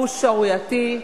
הוא שערורייתי.